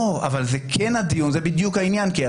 שלא